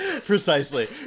Precisely